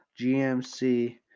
GMC